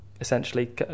Essentially